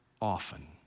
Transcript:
often